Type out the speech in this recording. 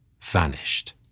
vanished